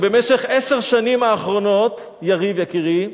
ובמשך עשר השנים האחרונות, יריב יקירי,